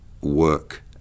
work